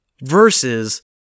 versus